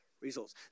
results